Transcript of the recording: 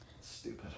Stupid